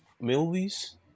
movies